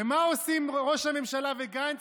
ומה עושים ראש הממשלה וגנץ?